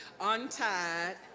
untied